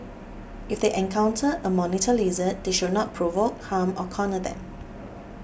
if they encounter a monitor lizard they should not provoke harm or corner them